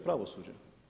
Pravosuđe.